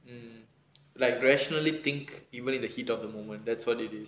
um like rationally think even in the heat of the moment that's what it is